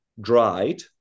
dried